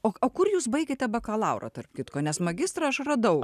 o o kur jūs baigėte bakalaurą tarp kitko nes magistrą aš radau